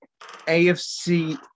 AFC